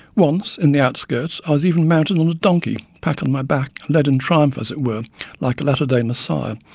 once, in the outskirts, i was even mounted on a donkey, pack on my back, and led in triumph, as it were, and like a latter-day messiah,